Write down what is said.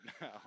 now